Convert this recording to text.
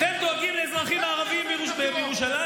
אתם דואגים לאזרחים הערבים בירושלים?